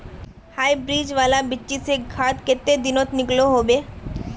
Hybrid वाला बिच्ची से गाछ कते दिनोत निकलो होबे?